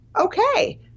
okay